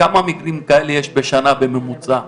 כמה מקרים כאלה יש בשנה בממוצע?